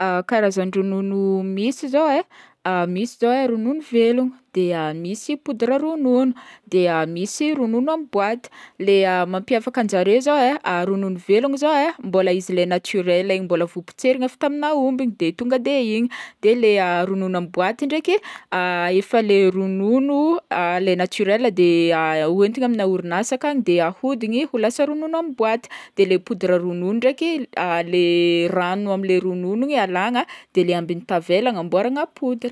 Karazan-dronono misy e, misy zao e ronono velogno, de misy poudre ronono, de misy ronono amy boaty, leha mampiavaka zare zao e, ronono velogno zao e mbola izy le naturel igny mbola vô potserina avy tamina aomby de tonga de igny, de leha ronono amy boaty igny ndraiky efa le ronono le naturel de efa hoentingny amina orinasa ankagny de ahodigny ho lasa ronono amy boaty, de le poudre ronono ndraiky le rano amle ronono igny alagna de le ambigny tavela agnamboaragna poudre.